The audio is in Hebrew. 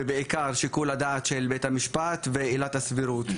ובעיקר שיקול הדעת של בית המשפט ועילת הסבירות,